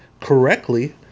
correctly